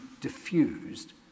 diffused